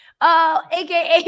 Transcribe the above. aka